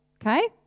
Okay